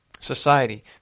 Society